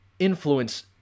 influence